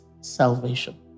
salvation